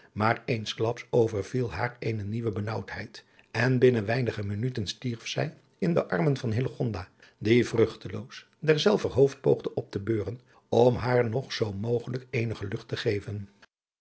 maar eensklaps overviel haar eene nieuwe benaauwdheid en binnen weinige minuten stierf zij in de armen van hillegonda die vruchteloos derzelver hoofd poogde op te beuren om haar nog zoo mogelijk eenige lucht te geven